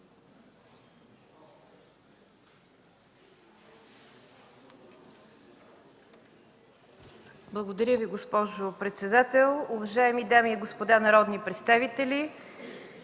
Благодаря Ви, госпожо председател. Уважаеми дами и господа народни представители!